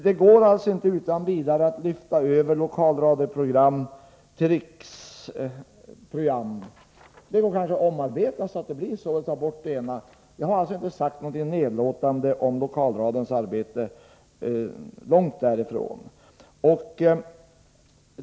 Det går inte utan vidare att lyfta över Lokalradions program till riksprogram. Det kanske går att omarbeta dem, så att de kan användas på det sättet och så att man kan ta bort den ena delen. Men jag har inte sagt något nedlåtande om Lokalradions arbete. Långt därifrån!